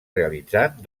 realitzant